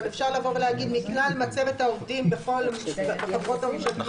אבל אפשר לבוא ולהגיד: מכלל מצבת העובדים בכל החברות הממשלתיות.